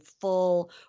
full